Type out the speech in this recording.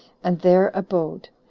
and there abode,